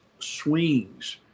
swings